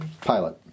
pilot